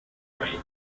hawaï